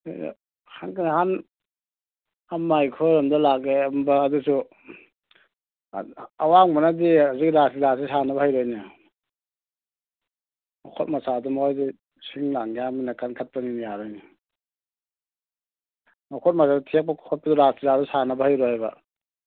ꯑꯍꯟ ꯑꯃ ꯑꯩꯈꯣꯏꯔꯣꯝꯗ ꯂꯥꯛꯂꯝꯕ ꯑꯗꯨꯁꯨ ꯑꯋꯥꯡꯕꯅꯗꯤ ꯍꯧꯖꯤꯛ ꯔꯥꯁꯂꯤꯂꯥꯁꯦ ꯁꯥꯅꯕ ꯍꯩꯔꯣꯏꯅꯦ ꯃꯈꯨꯠ ꯃꯁꯥꯗꯣ ꯃꯣꯍꯣꯏꯗꯤ ꯁꯤꯡ ꯂꯥꯡꯗꯤ ꯌꯥꯝꯅ ꯀꯟꯈꯠꯄꯅꯤꯅ ꯌꯥꯔꯣꯏꯅꯦ ꯃꯈꯨꯠꯃꯗꯣ ꯊꯦꯛꯄ ꯈꯣꯠꯄꯗꯣ ꯔꯥꯁ ꯂꯤꯂꯥꯗꯣ ꯁꯥꯅꯕ ꯍꯩꯔꯣꯏ ꯍꯥꯏꯕ